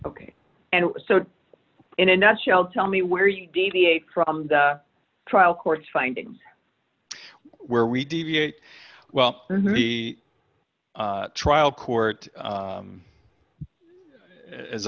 ok and so in a nutshell tell me where you deviate from the trial court's finding where we deviate well in the trial court